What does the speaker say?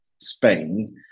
Spain